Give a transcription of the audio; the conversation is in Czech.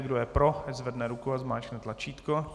Kdo je pro, ať zvedne ruku a zmáčkne tlačítko.